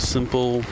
Simple